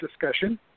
discussion